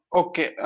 okay